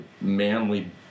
manly